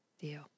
Deal